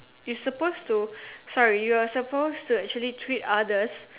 you supposed to sorry you're supposed to actually treat others